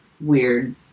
weird